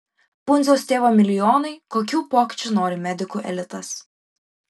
pundziaus tėvo milijonai kokių pokyčių nori medikų elitas